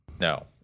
No